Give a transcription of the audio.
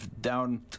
down